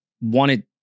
wanted